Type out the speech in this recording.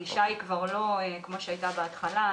הגישה היא לא כמו שהייתה בהתחלה.